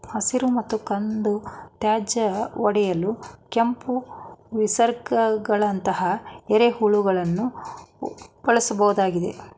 ಹಸಿರು ಮತ್ತು ಕಂದು ತ್ಯಾಜ್ಯ ಒಡೆಯಲು ಕೆಂಪು ವಿಗ್ಲರ್ಗಳಂತಹ ಎರೆಹುಳುಗಳನ್ನು ಬಳ್ಸೋದಾಗಿದೆ